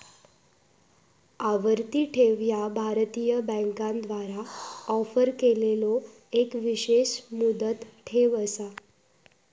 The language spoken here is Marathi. आवर्ती ठेव ह्या भारतीय बँकांद्वारा ऑफर केलेलो एक विशेष मुदत ठेव असा